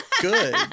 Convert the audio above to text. good